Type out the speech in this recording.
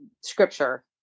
Scripture